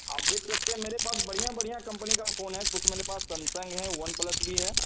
आप देख सकते हैं कि मेरे पास बढ़िया बढ़िया कंपनी का फ़ोन है कुछ मेरे पास समसंग है वन प्लस भी है